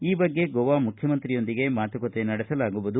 ಈ ಬಗ್ಗೆ ಗೋವಾ ಮುಖ್ಯಮಂತ್ರಿಯೊಂದಿಗೆ ಮಾತುಕತೆ ನಡೆಸಲಾಗುವುದು